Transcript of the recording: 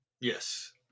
Yes